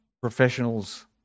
professionals